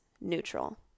neutral